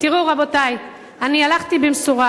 תראו, רבותי אני הלכתי במשורה.